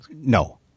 No